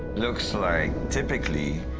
looks like, typically,